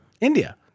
India